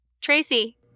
Tracy